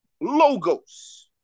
logos